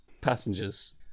passengers